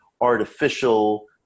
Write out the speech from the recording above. artificial